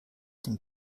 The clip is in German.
dem